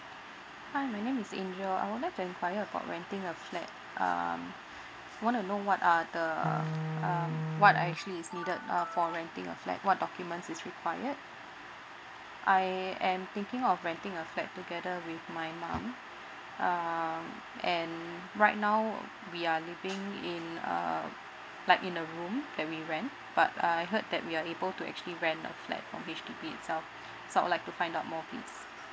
hi my name is angel I wanted to enquire about renting a flat um want to know what are the um what are actually is needed err for renting a flat what documents is required I am thinking of renting a flat together with my mum uh and right now we are living in uh like in a room that we rent but I heard that we are able to actually rent a flat from H_D_B itself so I'd like to find out more please